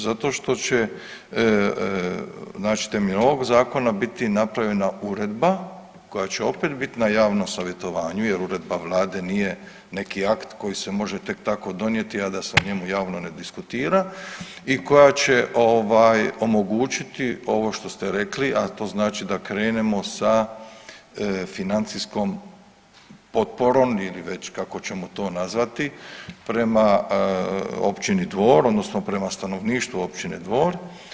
Zato što će, znači temeljem ovog zakona biti napravljena uredba koja će opet biti na javnom savjetovanju jer uredba Vlade nije neki akt koji se može tek tako donijeti a da se o njemu javno ne diskutira i koja će omogućiti ovo što ste rekli, a to znači da krenemo sa financijskom potporom ili već kako ćemo to nazvati prema općini Dvor, odnosno prema stanovništvu općine Dvor.